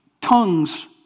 tongues